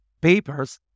papers